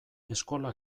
eskola